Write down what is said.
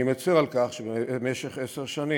אני מצר על כך שבמשך עשר שנים